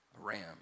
Ram